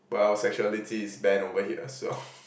well sexuality is banned over here so